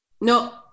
No